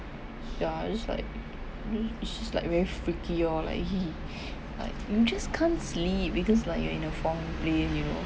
ya just like it's just like very freaky oh like !ee! like you just can't sleep because like you are in a form laying you oh